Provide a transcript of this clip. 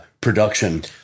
production